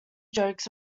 jokes